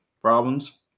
problems